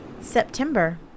september